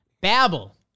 Babble